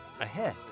ahead